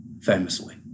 famously